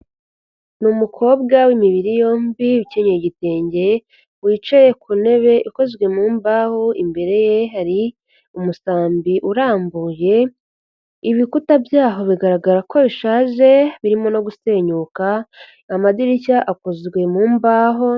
Ni umukobwa w'imibiri yombi ukenyeye igitenge, wicaye ku ntebe ikozwe mu mbaho, imbere ye hari umusambi urambuye, ibikuta byaho bigaragara ko bishaje, birimo no gusenyuka, amadirishya akozwe mu mbaho.